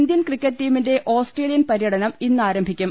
Indian cricket ടീമിന്റെ Australian പര്യടനം ഇന്ന് ആരം ഭിക്കും